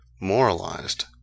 moralized